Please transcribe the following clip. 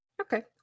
Okay